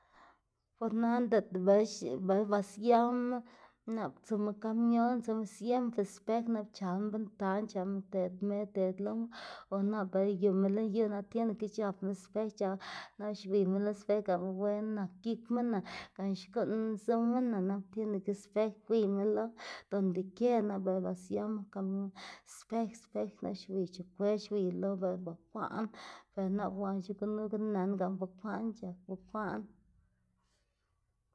bor nana diꞌt ba siama nap tsuma kamion tsuma siama siempre spej nap xc̲h̲alma bentan c̲h̲alma ted me ted loma o nap bela yuma lën yu nap tiene que c̲h̲apma spej c̲h̲apma nap xwiyma lo spej gan be nak gikmana gan xkuꞌn zumana nap tiene que spej gwiyma lo donde quiera nap bela ba siama kamion spej spej nap xwiy c̲h̲ofer xwiy lo bela bukwaꞌn be nap wanxe gunuga gan bukwaꞌn c̲h̲ak bukwaꞌn.